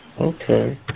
Okay